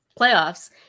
playoffs